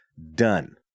Done